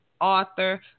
author